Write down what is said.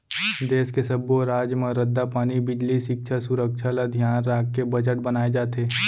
देस के सब्बो राज म रद्दा, पानी, बिजली, सिक्छा, सुरक्छा ल धियान राखके बजट बनाए जाथे